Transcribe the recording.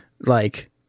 like-